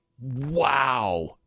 wow